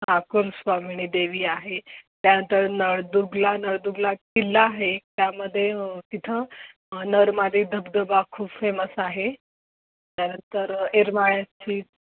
हा कुलस्वामिनी देवी आहे त्यानंतर नळदुर्गला नळदुर्गला किल्ला आहे त्यामध्ये तिथं नर मादी धबधबा खूप फेमस आहे त्यानंतर येरमाळ्याची